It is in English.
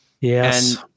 Yes